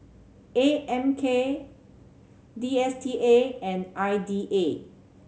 A M K D S T A and I D A